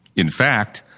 in fact,